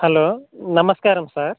hello నమస్కారం sir